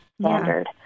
standard